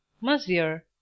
Monsieur